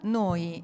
noi